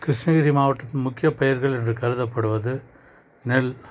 கிருஷ்ணகிரி மாவட்டத்தின் முக்கிய பயிர்கள் என்று கருதப்படுவது நெல்